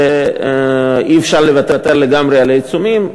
ואי-אפשר לוותר לגמרי על העיצומים,